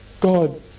God